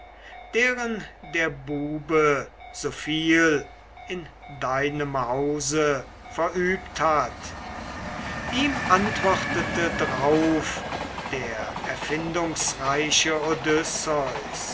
deren der bube so viel in deinem hause verübt hat ihm antwortete drauf der erfindungsreiche